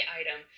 item